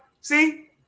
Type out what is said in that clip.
See